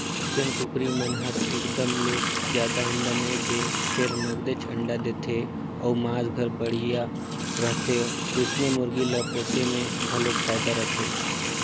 जेन कुकरी मन हर एकदम ले जादा अंडा नइ दें फेर नगदेच अंडा देथे अउ मांस हर बड़िहा रहथे ओइसने मुरगी ल पोसे में घलो फायदा रथे